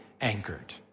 anchored